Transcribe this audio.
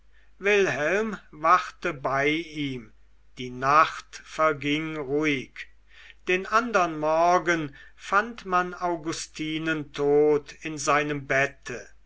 wilhelm wachte bei ihm die nacht verging ruhig den andern morgen fand man augustinen tot in seinem bette